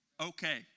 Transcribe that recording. Okay